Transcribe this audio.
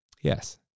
Yes